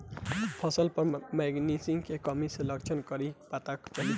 फसल पर मैगनीज के कमी के लक्षण कईसे पता चली?